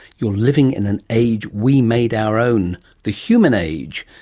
you're living in an age we made our own, the human age.